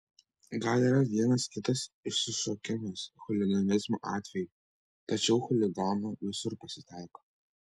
gal yra vienas kitas išsišokimas chuliganizmo atvejų tačiau chuliganų visur pasitaiko